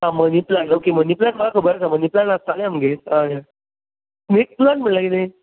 आं money plant okay money plant म्हाका खबर आसा मनी प्लाण्ट आसतालें आमगेर हय हय स्नेक प्लाण्ट म्हणळ्यार कितें